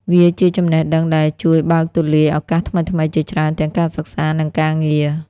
វាជាចំណេះដឹងដែលជួយបើកទូលាយឱកាសថ្មីៗជាច្រើនទាំងការសិក្សា និងការងារ។